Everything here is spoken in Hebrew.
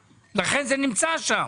לכן הועבר הכסף ולכן הוא נמצא שם.